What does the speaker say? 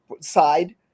side